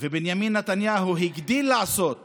ובנימין נתניהו הגדיל לעשות כשאמר: